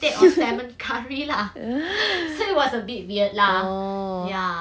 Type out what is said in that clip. uh oh